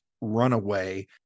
Runaway